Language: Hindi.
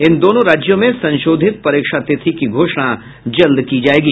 इन दोनों राज्यों में संशोधित परीक्षा तिथि की घोषणा जल्द की जाएगी